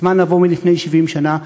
אז מה נבוא על לפני 70 שנה?